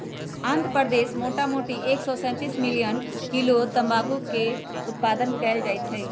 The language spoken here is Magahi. आंध्र प्रदेश मोटामोटी एक सौ तेतीस मिलियन किलो तमाकुलके उत्पादन कएल जाइ छइ